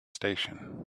station